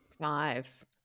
Five